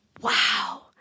wow